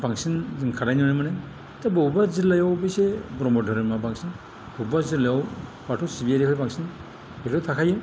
बांसिन जों खालायबोनो मोनो बबेबा जिल्लायाव अबयस्से ब्रह्म धोरोमा बांसिन बब्बा जिल्लायाव बाथौ सिबियारिया बांसिन बेफोरो थाखायो